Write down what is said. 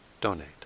donate